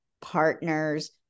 partners